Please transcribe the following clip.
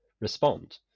respond